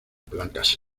placas